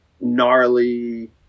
gnarly